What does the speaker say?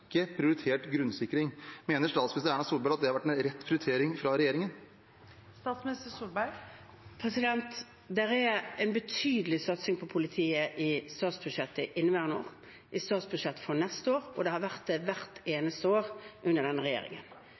prioritert grunnsikring. Mener statsminister Erna Solberg at det har vært en rett prioritering fra regjeringens side? Det er en betydelig satsing på politiet i statsbudsjettet for inneværende år og i statsbudsjettet for neste år, og det har det vært hvert eneste år under denne regjeringen.